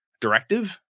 directive